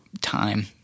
time